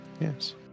yes